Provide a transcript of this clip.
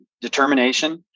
determination